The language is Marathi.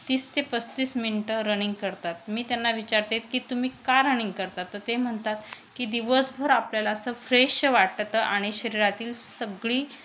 तीस ते पस्तीस मिनटं रनिंग करतात मी त्यांना विचारते की तुम्ही का रनिंग करता तर ते म्हणतात की दिवसभर आपल्याला असं फ्रेश वाटतं आणि शरीरातील सगळी